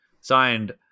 Signed